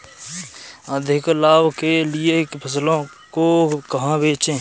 अधिक लाभ के लिए फसलों को कहाँ बेचें?